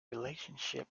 relationship